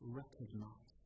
recognize